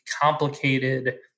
complicated